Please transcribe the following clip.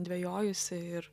dvejojusi ir